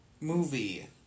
movie